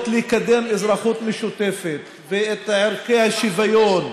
לקדם אזרחות משותפת ואת ערכי השוויון,